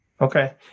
Okay